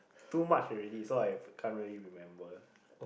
too much already so I can't really remember